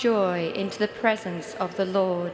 joy into the presence of the lo